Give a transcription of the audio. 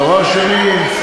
דבר שני,